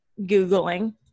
Googling